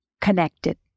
connected